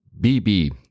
BB